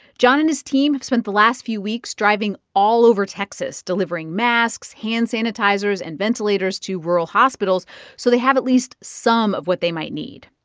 john and his team have spent the last few weeks driving all over texas, delivering masks, hand sanitizers and ventilators to rural hospitals so they have at least some of what they might need.